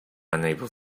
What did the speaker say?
unable